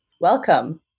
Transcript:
Welcome